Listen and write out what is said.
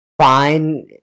fine